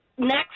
Next